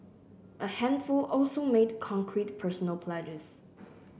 a handful also made concrete personal pledges